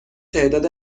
تعداد